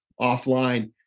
offline